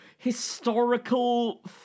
Historical